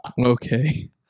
Okay